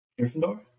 Gryffindor